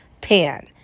pan